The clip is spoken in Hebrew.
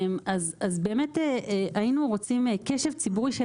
אז באמת היינו רוצים קשב ציבורי של